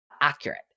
accurate